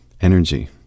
energy